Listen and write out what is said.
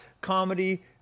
comedy